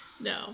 No